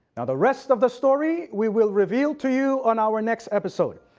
now the rest of the story we will reveal to you on our next episode.